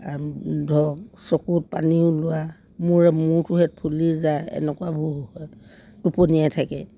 ধৰক চকুত পানীও ওলোৱা মূৰ মূৰটোহেঁত ফুলি যায় এনেকুৱাবোৰ হয় টোপনিয়াই থাকে